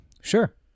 Sure